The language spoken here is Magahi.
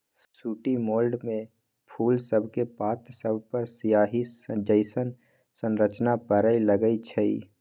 सूटी मोल्ड में फूल सभके पात सभपर सियाहि जइसन्न संरचना परै लगैए छइ